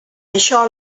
això